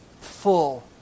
full